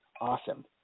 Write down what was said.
Awesome